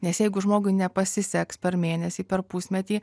nes jeigu žmogui nepasiseks per mėnesį per pusmetį